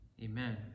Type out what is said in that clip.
Amen